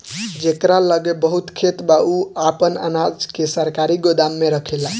जेकरा लगे बहुत खेत बा उ आपन अनाज के सरकारी गोदाम में रखेला